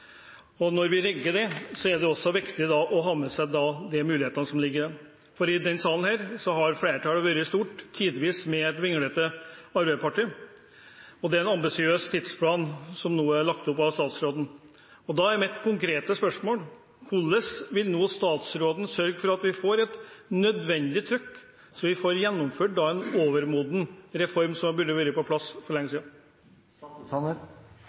Og når vi rigger det, er det også viktig å ha med seg de mulighetene som ligger i det. For i denne salen har flertallet vært stort, tidvis med et vinglete arbeiderparti, og det er en ambisiøs tidsplan som nå er lagt opp av statsråden. Da er mitt konkrete spørsmål: Hvordan vil nå statsråden sørge for at vi får et nødvendig trykk, så vi får gjennomført en overmoden reform, som burde vært på plass for lenge